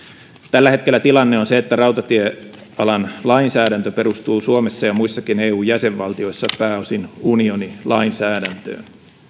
tällä hetkellä tilanne on se että rautatiealan lainsäädäntö perustuu suomessa ja muissakin eu jäsenvaltioissa pääosin unionilainsäädäntöön